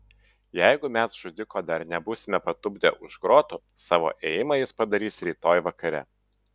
jeigu mes žudiko dar nebūsime patupdę už grotų savo ėjimą jis padarys rytoj vakare